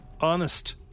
honest